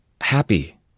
happy